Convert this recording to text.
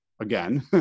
again